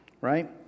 Right